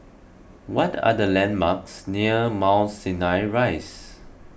what are the landmarks near Mount Sinai Rise